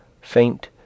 faint